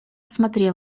смотрел